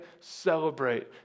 Celebrate